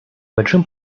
большим